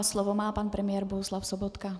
Slovo má pan premiér Bohuslav Sobotka.